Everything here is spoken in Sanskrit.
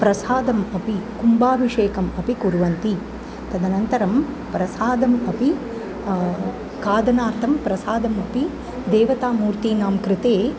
प्रसादम् अपि कुम्भाभिषेकम् अपि कुर्वन्ति तदनन्तरं प्रसादम् अपि खादनार्थं प्रसादम् अपि देवतामूर्तीनां कृते